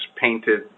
painted